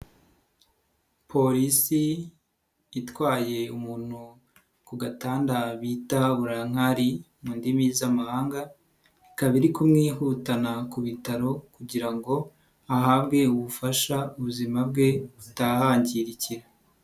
Polisi itwaye umuntu ku gatanda bita burankari mu ndimi z'amahanga, ikaba iri kumwihutana ku bitaro kugira ngo ahabwe ubufasha ubuzima bwe butahangirikira.